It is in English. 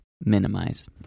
minimize